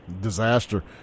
Disaster